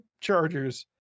chargers